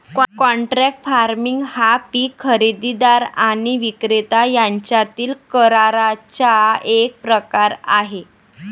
contract farming हा पीक खरेदीदार आणि विक्रेता यांच्यातील कराराचा एक प्रकार आहे